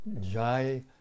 Jai